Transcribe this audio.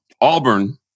Auburn